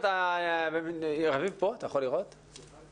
תכף